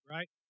Right